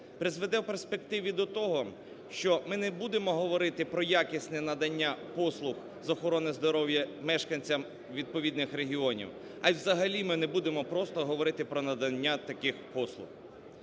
призведе в перспективі до того, що ми не будемо говорити про якісне надання послуг з охорони здоров'я мешканцям відповідних регіонів, а і взагалі ми не будемо просто говорити про надання таких послуг.